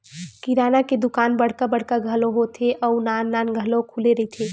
किराना के दुकान बड़का बड़का घलो होथे अउ नान नान घलो खुले रहिथे